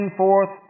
forth